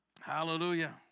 Hallelujah